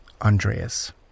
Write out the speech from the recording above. Andreas